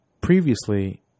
previously